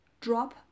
drop